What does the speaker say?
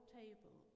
table